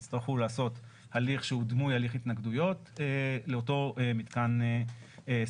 יצטרכו לעשות הליך שהוא דמוי הליך התנגדויות לאותו מתקן ספציפי,